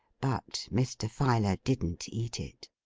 but mr. filer didn't eat it.